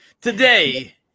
today